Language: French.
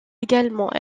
également